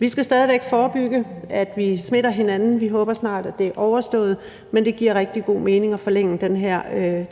Vi skal stadig væk forebygge, at vi smitter hinanden. Vi håber, at det snart er overstået, men det giver rigtig god mening at forlænge